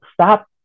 stop